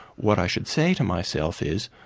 what i should say to myself is,